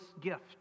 gift